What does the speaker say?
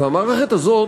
והמערכת הזאת,